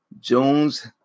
Jones